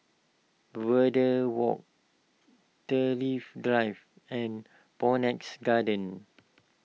Verde Walk Thrift Drive and Phoenix Garden